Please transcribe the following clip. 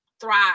thrive